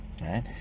right